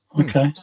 Okay